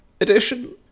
edition